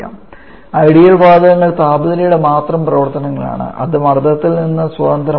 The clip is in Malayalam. ഐഡിയൽ വാതകങ്ങൾ താപനിലയുടെ മാത്രം പ്രവർത്തനങ്ങളാണ് അത് മർദ്ദത്തിൽ നിന്ന് സ്വതന്ത്രമാണ്